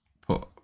put